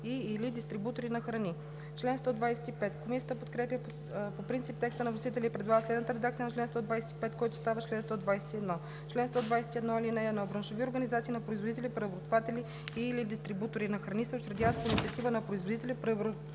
и/или дистрибутори на храни“. Комисията подкрепя по принцип текста на вносителя и предлага следната редакция на чл. 125, който става чл. 121: „Чл. 121. (1) Браншови организации на производители, преработватели и/или дистрибутори на храни се учредяват по инициатива на производители, преработватели